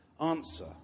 answer